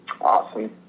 Awesome